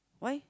why